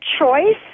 choice